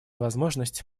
возможность